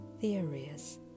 theories